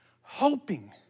hoping